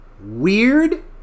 weird